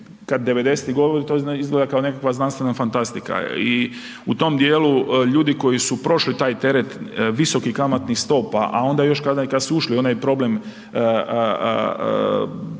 kad 90-ih govorite, to izgleda kao nekakva znanstvena fantastika i u tom dijelu ljudi koji su prošli taj teret visokih kamatnih stopa, a onda još kada su ušli u onaj problem